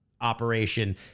operation